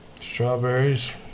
strawberries